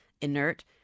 inert